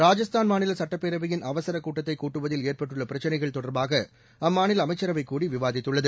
ராஜஸ்தான் மாநில சட்டப்பேரவையின் அவசரக் கூட்டத்தை கூட்டுவதில் ஏற்பட்டுள்ள பிரச்சினைகள் தொடர்பாக அம்மாநில அமைச்சரவைக் கூடி விவாதித்துள்ளது